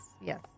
yes